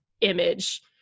image